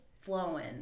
flowing